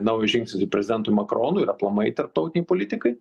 nauja žingsnis ir prezidentui makronui ir aplamai tarptautinei politikai